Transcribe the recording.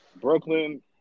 Brooklyn